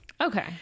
Okay